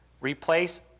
Replace